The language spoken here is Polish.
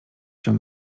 się